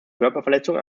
körperverletzung